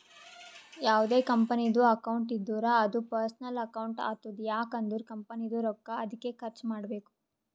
ಯಾವ್ದೇ ಕಂಪನಿದು ಅಕೌಂಟ್ ಇದ್ದೂರ ಅದೂ ಪರ್ಸನಲ್ ಅಕೌಂಟ್ ಆತುದ್ ಯಾಕ್ ಅಂದುರ್ ಕಂಪನಿದು ರೊಕ್ಕಾ ಅದ್ಕೆ ಖರ್ಚ ಮಾಡ್ಬೇಕು